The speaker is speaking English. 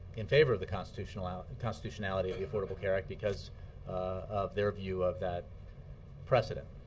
in favor of the constitutionality and constitutionality of the affordable care act because of their view of that precedent.